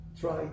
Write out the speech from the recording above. try